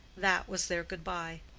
that was their good-by.